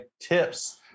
tips